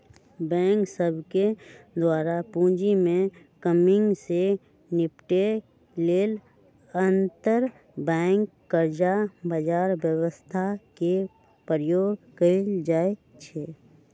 bank सभके द्वारा पूंजी में कम्मि से निपटे लेल अंतरबैंक कर्जा बजार व्यवस्था के प्रयोग कएल जाइ छइ